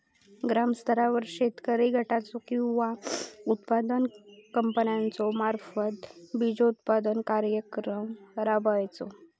ग्रामस्तरावर शेतकरी गटाचो किंवा उत्पादक कंपन्याचो मार्फत बिजोत्पादन कार्यक्रम राबायचो?